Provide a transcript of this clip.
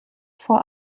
vor